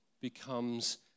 becomes